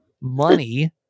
money